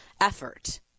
effort